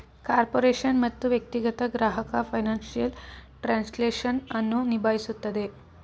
corporation ಮತ್ತು ವ್ಯಕ್ತಿಗತ ಗ್ರಾಹಕ ಫೈನಾನ್ಸಿಯಲ್ ಟ್ರಾನ್ಸ್ಲೇಷನ್ ಅನ್ನು ನಿಭಾಯಿಸುತ್ತದೆ